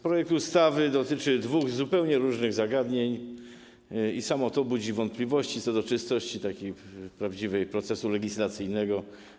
Projekt ustawy dotyczy dwóch zupełnie różnych zagadnień i samo to budzi wątpliwości co do czystości prawdziwej procesu legislacyjnego.